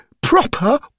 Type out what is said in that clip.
proper